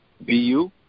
BU